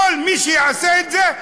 כל מי שיעשה את זה,